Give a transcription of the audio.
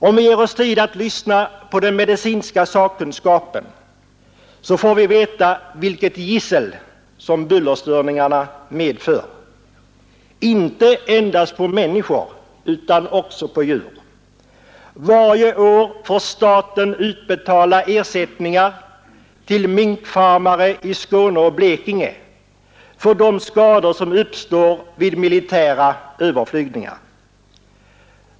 Om vi ger oss tid att lyssna på den medicinska sakkunskapen så får vi veta vilket gissel som bullerstörningar utgör. Inte endast för människor utan också för djur. Varje år får staten utbetala ersättningar till minkfarmare i Skåne och Blekinge för de skador som uppstår vid militära överflygningar.